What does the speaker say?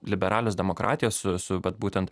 liberalios demokratijos su su vat būtent